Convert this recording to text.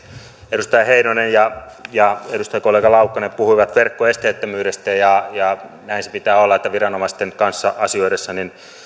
edustaja heinonen ja ja edustajakollega laukkanen puhuivat verkkoesteettömyydestä näin sen pitää olla että viranomaisten kanssa asioidessa